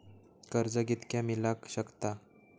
कर्ज कितक्या मेलाक शकता?